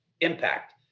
impact